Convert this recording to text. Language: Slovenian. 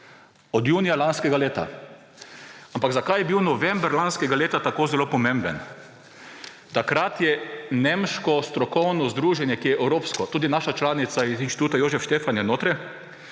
Od junija lanskega leta. Zakaj je bil november lanskega leta tako zelo pomemben? Takrat je nemško strokovno združenje, ki je evropsko, tudi naša članica iz Instituta Jožef Stefan je notri,